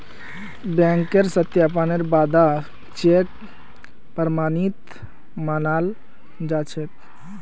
बैंकेर सत्यापनेर बा द चेक प्रमाणित मानाल जा छेक